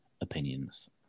opinions